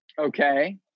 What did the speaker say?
Okay